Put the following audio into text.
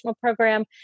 program